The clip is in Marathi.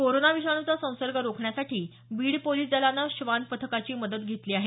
कोरोना विषाणूचा संसर्ग रोखण्यासाठी बीड पोलीस दलानं श्वान पथकाची मदत घेतली आहे